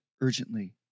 urgently